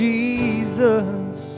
Jesus